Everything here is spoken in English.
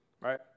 Right